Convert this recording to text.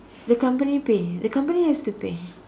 the company pay the company has to pay